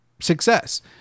success